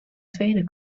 tweede